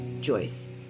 Joyce